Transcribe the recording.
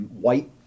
white